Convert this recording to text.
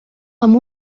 amb